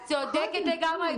את צודקת לגמרי.